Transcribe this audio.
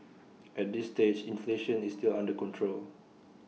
at this stage inflation is still under control